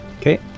Okay